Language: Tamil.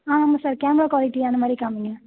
ஆ ஆமாம் சார் கேமரா குவாலிட்டி அந்தமாதிரி காம்மியுங்க